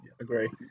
agree